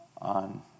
on